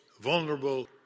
vulnerable